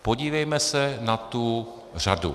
Podívejme se na tu řadu.